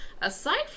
Aside